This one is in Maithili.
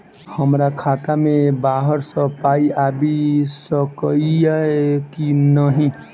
हमरा खाता मे बाहर सऽ पाई आबि सकइय की नहि?